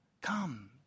Come